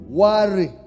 worry